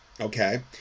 okay